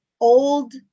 old